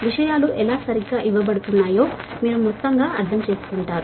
ఇవన్నీ ఏ విధంగా సరిగ్గా ఇవ్వబడుతున్నాయో మీరు మొత్తం అర్థం చేసుకుంటారు